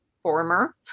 former